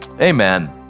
Amen